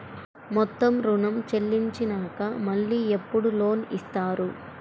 మొత్తం ఋణం చెల్లించినాక మళ్ళీ ఎప్పుడు లోన్ ఇస్తారు?